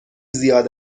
زیاد